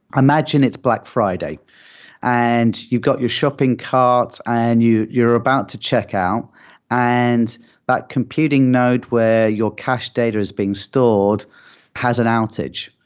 imagine it's black friday and you got your shopping carts and you're about to check out and that computing node where your cached data is being stored has an outage.